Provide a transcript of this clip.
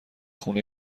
خونه